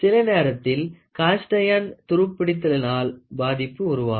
சில நேரத்தில் cast iron துருப்பிடித்தல்லினால் பாதிப்பை உருவாக்கும்